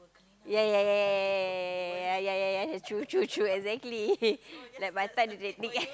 ya ya ya ya ya ya ya true true true exactly like by the time the technique